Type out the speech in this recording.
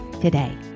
today